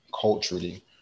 culturally